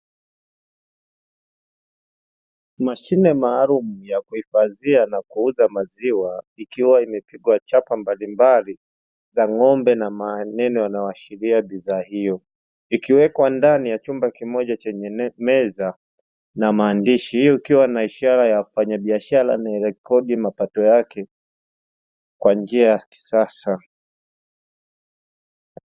Mashine maalumu ya kuhifadhia na kuuza maziwa ikiw imepigwa chapa mbalimbali za ng’ombe na maneno yanayoashiria bidhaa hiyo, ikiwekwa ndani ya chumba chenye meza na maandishi hiyo ikiwa na ishara ya mfanyabiashara anayerekodi mapato yake kwa njia ya kisasa.